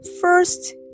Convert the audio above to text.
first